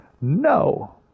No